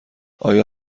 آیا